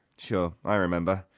sure, i remember,